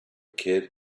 kid